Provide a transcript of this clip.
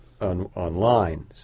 Online